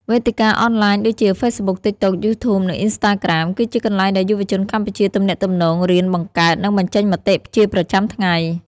វេទិកាអនឡាញដូចជា Facebook, TikTok, YouTube និង Instagram គឺជាកន្លែងដែលយុវជនកម្ពុជាទំនាក់ទំនង រៀន បង្កើត និងបញ្ចេញមតិជាប្រចាំថ្ងៃ។